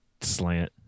slant